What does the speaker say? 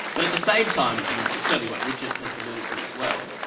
but at the same time, and it's certainly what richard has alluded to as well,